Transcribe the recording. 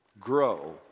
grow